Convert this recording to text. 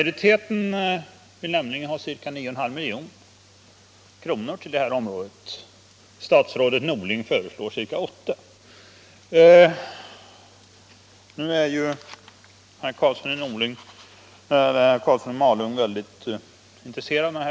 Utskottet vill nämligen anslå ca 9,5 milj.kr. till det här området — statsrådet Norling föreslår ca 8 milj.kr.